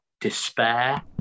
despair